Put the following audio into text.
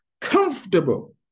comfortable